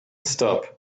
stop